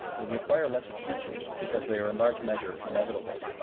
they require less attention, because they are in large measure inevitable.